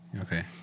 Okay